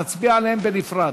נצביע עליהן בנפרד.